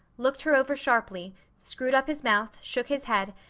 looked her over sharply, screwed up his mouth, shook his head,